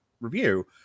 review